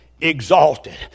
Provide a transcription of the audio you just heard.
exalted